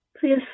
Please